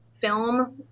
film